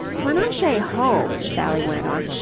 when i say home, sally went on,